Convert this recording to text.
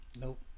Nope